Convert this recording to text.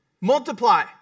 Multiply